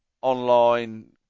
online